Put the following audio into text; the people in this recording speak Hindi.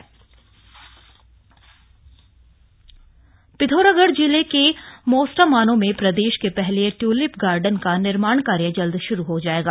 ट्यूलिप गार्डन पिथौरागढ़ जिले के मोस्टामानो में प्रदेश के पहले ट्यूलिप गार्डन का निर्माण कार्य जल्द श्रू हो जाएगा